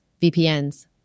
VPNs